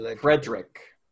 Frederick